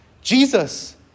Jesus